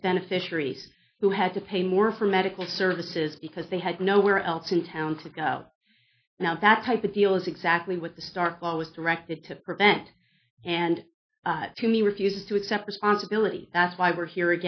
beneficiaries who had to pay more for medical services because they had nowhere else in town to go now that type of deal is exactly what the stark call was directed to prevent and to me refuse to accept responsibility that's why we're here